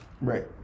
Right